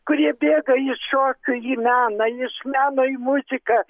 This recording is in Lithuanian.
kurie bėga iš šokių į meną iš meno į muziką